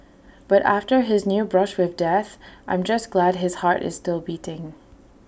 but after his near brush with death I'm just glad his heart is still beating